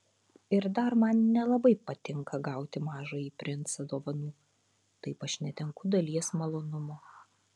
ir dar man nelabai patinka gauti mažąjį princą dovanų taip aš netenku dalies malonumo